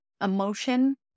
emotion